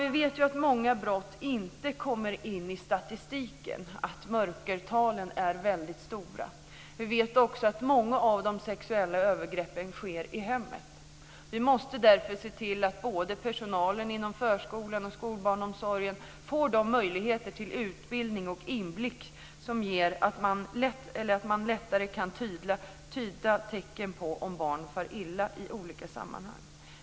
Vi vet ju att många brott inte kommer in i statistiken, att mörkertalen är väldigt stora. Vi vet också att många av de sexuella övergreppen sker i hemmet. Vi måste därför se till att personalen inom både förskolan och skolbarnomsorgen får de möjligheter till utbildning och inblick som gör det lättare att tyda tecken på att barn far illa i olika sammanhang.